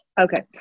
Okay